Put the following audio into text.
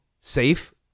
safe